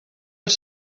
els